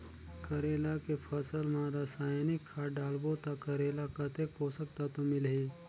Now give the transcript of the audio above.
करेला के फसल मा रसायनिक खाद डालबो ता करेला कतेक पोषक तत्व मिलही?